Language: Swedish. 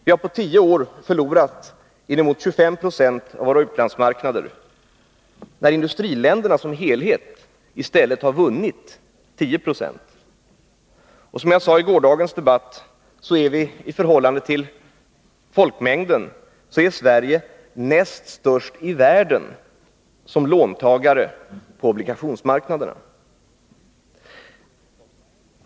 Vi har på tio år förlorat inemot 25 26 av våra utlandsmarknader, när industriländerna som helhet i stället har vunnit 10 96. Som jag sade i gårdagens debatt är Sverige i förhållande till sin folkmängd näst störst i världen såsom låntagare på obligationsmarknaden.